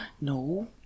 No